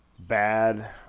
Bad